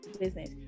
business